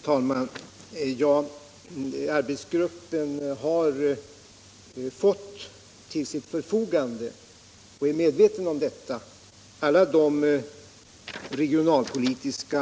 Nr 43 Herr talman! Arbetsgruppen har till sitt förfogande fått — och är med Fredagen den veten om detta — alla regionalpolitiska